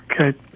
Okay